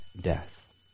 death